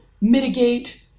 mitigate